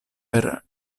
per